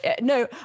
no